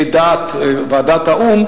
לדעת ועדת האו"ם,